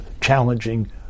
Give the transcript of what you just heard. challenging